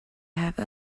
have